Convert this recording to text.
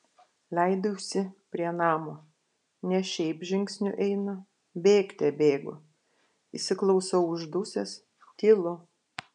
leidausi prie namo ne šiaip žingsniu einu bėgte bėgu įsiklausau uždusęs tylu